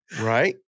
Right